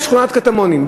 בשכונת קטמונים,